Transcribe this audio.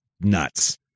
nuts